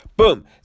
boom